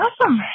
awesome